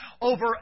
over